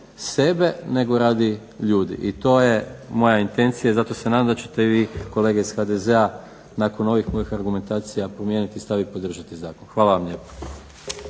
sebe nego radi ljudi. I to je moja intencija i zato se nadam da ćete vi kolege iz HDZ-a nakon ovih mojih argumentacija promijeniti stav i podržati zakon. Hvala vam lijepo.